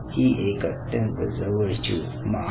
ही एक अत्यंत जवळची उपमा आहे